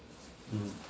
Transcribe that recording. mm